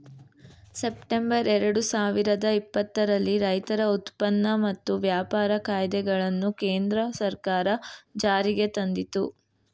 September ಎರಡು ಸಾವಿರದ ಇಪ್ಪತ್ತರಲ್ಲಿ ರೈತರ ಉತ್ಪನ್ನ ಮತ್ತು ವ್ಯಾಪಾರ ಕಾಯ್ದೆಗಳನ್ನು ಕೇಂದ್ರ ಸರ್ಕಾರ ಜಾರಿಗೆ ತಂದಿತು